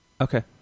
Okay